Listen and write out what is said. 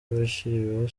bashyiriweho